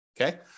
Okay